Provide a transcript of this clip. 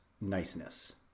niceness